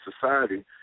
society